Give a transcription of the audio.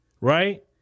Right